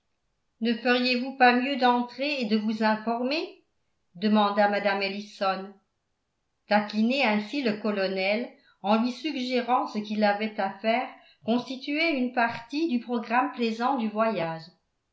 ne feriez-vous pas mieux d'entrer et de vous informer demanda mme ellison taquiner ainsi le colonel en lui suggérant ce qu'il avait à faire constituait une partie du programme plaisant du voyage